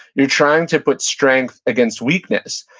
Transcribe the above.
you're trying to put strength against weakness.